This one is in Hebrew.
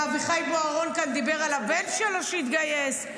ואביחי בוארון דיבר על הבן שלו שהתגייס,